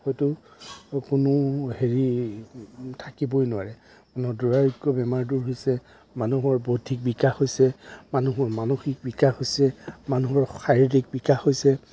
ক'তো কোনো হেৰি থাকিবই নোৱাৰে মানুহৰ দূৰাৰোগ্য বেমাৰ দূৰ হৈছে মানুহৰ বৌদ্ধিক বিকাশ হৈছে মানুহৰ মানসিক বিকাশ হৈছে মানুহৰ শাৰীৰিক বিকাশ হৈছে